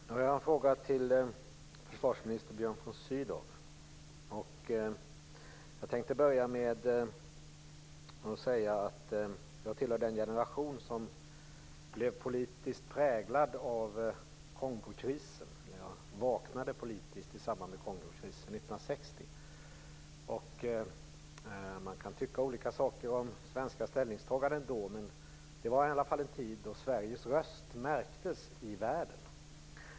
Herr talman! Jag har en fråga till försvarsminister Jag tänkte börja med att säga att jag tillhör den generation som blev politiskt präglad av Kongokrisen. Jag vaknade politiskt i samband med Kongokrisen 1960. Man kan tycka olika saker om svenska ställningstaganden då, men det var i alla fall en tid då Sveriges röst märktes i världen.